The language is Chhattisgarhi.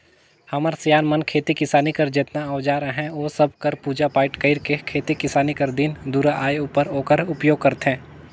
हमर सियान मन खेती किसानी कर जेतना अउजार अहे ओ सब कर पूजा पाठ कइर के खेती किसानी कर दिन दुरा आए उपर ओकर उपियोग करथे